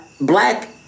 black